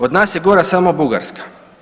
Od nas je gora samo Bugarska.